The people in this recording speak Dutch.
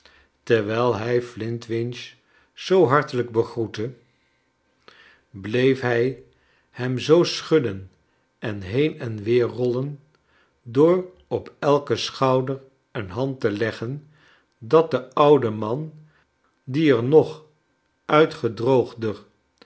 terwijl hij flintwinch zoo hartelijk begroette bleef hij hem zoo schudden en heen en weer rollen door op elken schouder een hand te leggen dat de oude man die er nog